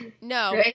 no